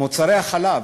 מוצרי חלב,